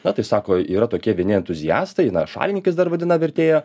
na tai sako yra tokie vieni entuziastai na šalininkais dar vadina vertėja